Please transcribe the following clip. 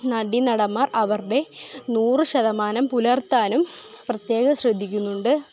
നടീനടൻമാർ അവരുടെ നൂറ് ശതമാനം പുലർത്താനും പ്രത്യേകം ശ്രദ്ധിക്കുന്നുണ്ട്